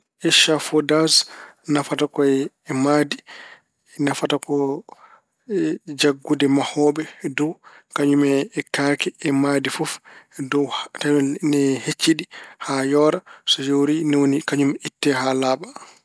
Ecafoodas nafata ko e mahdi. Nafata ko janngude mahooɓe dow kañum e kaake e mahdi fof dow tawi ne hecciɗi haa yoora. So yoori ni woni kañum ittee haa laaɓa.